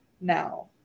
now